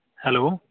hello